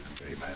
Amen